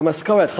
במשכורת,